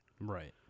Right